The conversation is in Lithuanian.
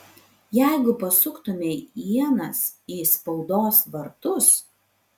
jeigu pasuktumei ienas į spaudos vartus